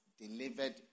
delivered